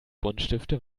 buntstifte